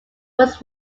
was